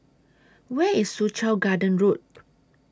Where IS Soo Chow Garden Road